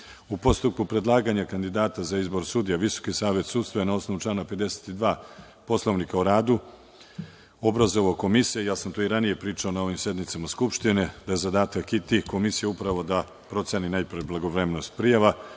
postupku predlaganja kandidata za izbor sudija Visoki savet sudstva je na osnovu člana 52. Poslovnika o radu obrazovao komisije, ja sam to i ranije pričao na ovim sednicama Skupštine, da je zadatak tih komisija upravo da proceni najpre blagovremenost prijava,